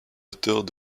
auteurs